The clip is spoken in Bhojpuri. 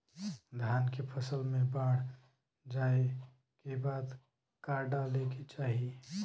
धान के फ़सल मे बाढ़ जाऐं के बाद का डाले के चाही?